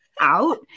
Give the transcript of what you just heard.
out